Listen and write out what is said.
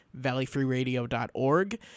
valleyfreeradio.org